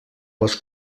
les